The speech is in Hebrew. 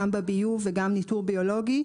גם בביוב וגם ניטור ביולוגי,